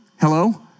Hello